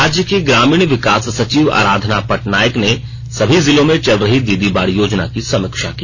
राज्य की ग्रामीण विकस सचिव अराधना पटनायक ने सभी जिलों में चल रही दीदी बाड़ी योजना की समीक्षा की